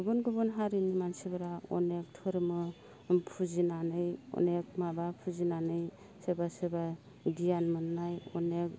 गुबुन गुबुन हारिनि मानसिफोरा अनेख धर्म फुजिनानै अनेख माबा फुजिनानै सोरबा सोरबा गियान मोननाय अनेख